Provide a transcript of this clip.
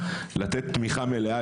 לתת תמיכה מלאה.